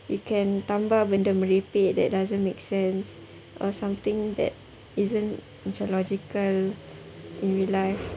you can tambah benda merepek that doesn't make sense or something that isn't macam logical in real life